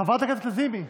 חברת הכנסת לזימי.